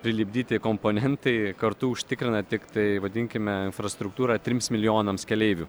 prilipdyti komponentai kartu užtikrina tiktai vadinkime infrastruktūrą trims milijonams keleivių